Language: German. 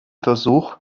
versuch